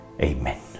Amen